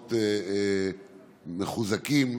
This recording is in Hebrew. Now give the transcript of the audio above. בכוחות מחוזקים.